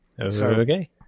okay